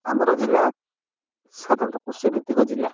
ଆମର ଜିଲ୍ଲା ସାଧାରଣତଃ କୃଷି ଭିତ୍ତିକ ଜିଲ୍ଲା